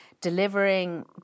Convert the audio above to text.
delivering